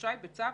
רשאי בצו,